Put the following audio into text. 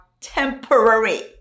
temporary